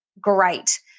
great